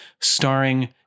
starring